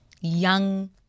young